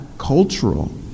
cultural